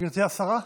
גברתי השרה.